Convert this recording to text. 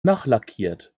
nachlackiert